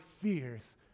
fears